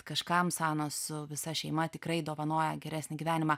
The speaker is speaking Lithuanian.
kažkam sana su visa šeima tikrai dovanoja geresnį gyvenimą